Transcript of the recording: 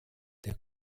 der